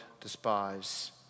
despise